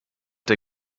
der